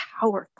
powerful